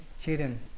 children